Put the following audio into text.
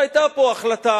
והיתה פה החלטה